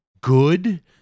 good